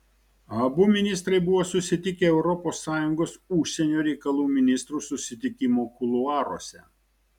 abu ministrai buvo susitikę europos sąjungos užsienio reikalų ministrų susitikimo kuluaruose